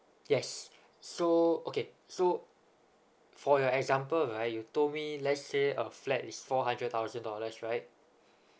yes so okay so for your example right you told me let's say a flat is four hundred thousand dollars right